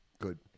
Good